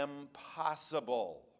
impossible